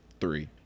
three